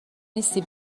نیستی